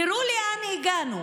תראו לאן הגענו.